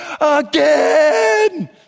again